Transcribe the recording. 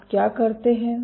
आप क्या करते हैं